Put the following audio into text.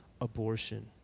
abortion